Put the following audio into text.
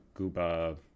Gooba